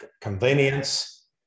Convenience